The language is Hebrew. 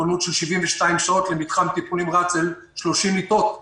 בכוננות של 72 שעות למתחם טיפול נמרץ של 30 מיטות מונשמות,